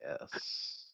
Yes